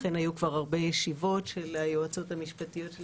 לכן היו כבר הרבה ישיבות של היועצות המשפטיות של